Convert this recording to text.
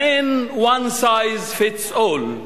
מעין one size fits all.